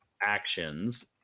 actions